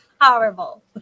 horrible